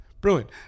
brilliant